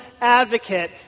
advocate